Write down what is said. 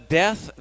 death